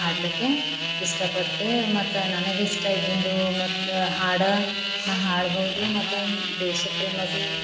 ಹಾಡ್ಲಿಕ್ಕೆ ಇಷ್ಟ ಪಡ್ತೆ ಮತ್ತು ನನಗಿಷ್ಟ ಇದ್ದಿದ್ದು ಮತ್ತು ಹಾಡು ನಾನು ಹಾಡಬಹುದು ಮತ್ತನ್ ದೇಶಪ್ರೇಮ ಭೀ